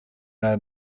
are